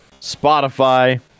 Spotify